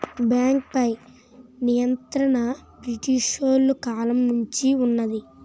బేంకుపై నియంత్రణ బ్రిటీసోలు కాలం నుంచే వున్నది